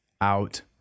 out